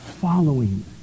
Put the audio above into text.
following